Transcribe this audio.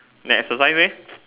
never exercise eh